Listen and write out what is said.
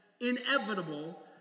inevitable